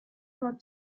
sold